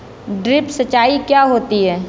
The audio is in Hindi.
ड्रिप सिंचाई क्या होती हैं?